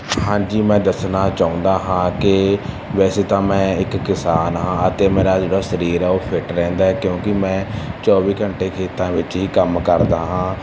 ਹਾਂਜੀ ਮੈਂ ਦੱਸਣਾ ਚਾਹੁੰਦਾ ਹਾਂ ਕਿ ਵੈਸੇ ਤਾਂ ਮੈਂ ਇੱਕ ਕਿਸਾਨ ਹਾਂ ਅਤੇ ਮੇਰਾ ਜਿਹੜਾ ਸਰੀਰ ਆ ਉਹ ਫਿਟ ਰਹਿੰਦਾ ਕਿਉਂਕਿ ਮੈਂ ਚੌਵੀ ਘੰਟੇ ਖੇਤਾਂ ਵਿੱਚ ਹੀ ਕੰਮ ਕਰਦਾ ਹਾਂ